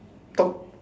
top